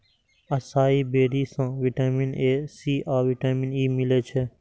असाई बेरी सं vitamin A, C आ विटामिन ई मिलै छै